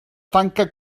tanca